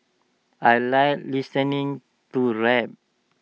I Like listening to rap